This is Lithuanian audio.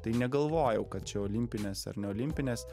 tai negalvojau kad čia olimpinės ar ne olimpinės